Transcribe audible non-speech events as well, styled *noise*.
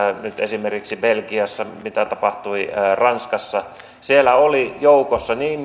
nyt esimerkiksi belgiassa mitä tapahtui ranskassa niin siellä oli joukossa niin *unintelligible*